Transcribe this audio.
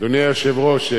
אדוני היושב-ראש,